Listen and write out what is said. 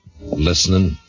listening